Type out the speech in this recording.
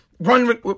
run